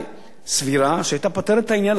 הצעה סבירה, שהיתה פותרת את העניין לחלוטין.